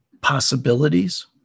possibilities